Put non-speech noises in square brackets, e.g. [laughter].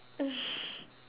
[laughs]